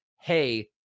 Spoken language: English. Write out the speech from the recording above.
hey